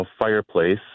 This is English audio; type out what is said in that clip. fireplace